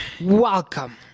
welcome